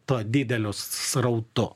tuo dideliu srautu